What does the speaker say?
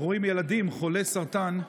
אנחנו רואים ילדים חולי סרטן,